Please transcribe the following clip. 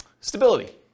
Stability